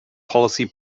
policy